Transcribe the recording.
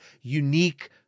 unique